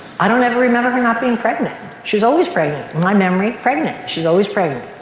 i don't ever remember her not being pregnant. she was always pregnant. in my memory, pregnant. she was always pregnant,